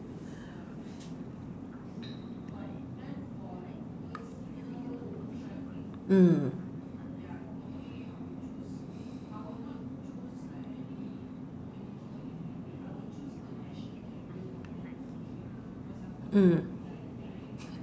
mm mm